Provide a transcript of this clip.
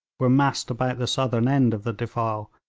were massed about the southern end of the defile,